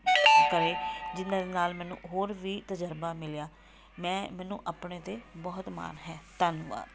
ਕਰੇ ਜਿਹਨਾਂ ਦੇ ਨਾਲ ਮੈਨੂੰ ਹੋਰ ਵੀ ਤਜ਼ਰਬਾ ਮਿਲਿਆ ਮੈਂ ਮੈਨੂੰ ਆਪਣੇ 'ਤੇ ਬਹੁਤ ਮਾਣ ਹੈ ਧੰਨਵਾਦ